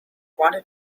wanted